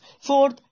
Fourth